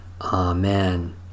Amen